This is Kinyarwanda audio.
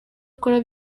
akora